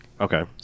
Okay